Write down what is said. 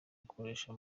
ukoresha